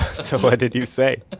so what did you say?